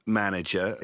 manager